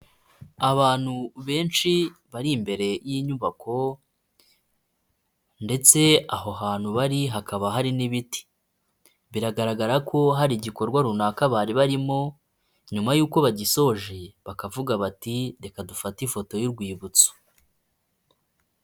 Abantu benshi bari imbere y'inyubako ndetse aho hantu bari hakaba hari n'ibiti. Biragaragara ko hari igikorwa runaka bari barimo nyuma yuko bagisoje, bakavuga bati "Reka dufate ifoto y'urwibutso".